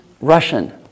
Russian